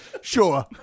sure